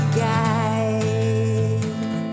guide